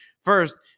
First